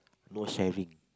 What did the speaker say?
no sharing